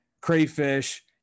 crayfish